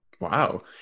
Wow